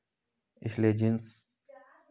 इसलिए जींस